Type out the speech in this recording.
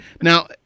now